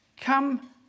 Come